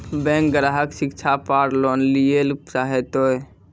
Bank ग्राहक शिक्षा पार लोन लियेल चाहे ते?